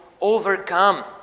overcome